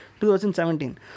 2017